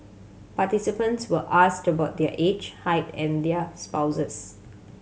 participants were asked about their age height and their spouses